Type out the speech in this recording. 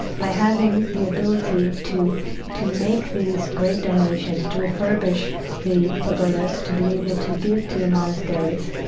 by having the ability to to make these great donations, to refurbish the pagodas, to be able to give to the monasteries,